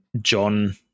John